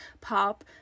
pop